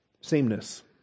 Sameness